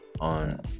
on